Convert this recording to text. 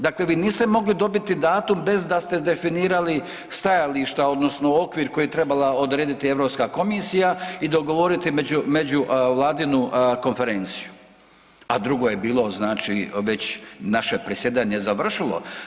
Dakle, vi niste mogli dobiti datum bez da ste definirali stajališta odnosno okvir koji je trebala odrediti Europska komisija i dogovoriti međuvladinu konferenciju, a drugo je bilo znači već naše predsjedanje završilo.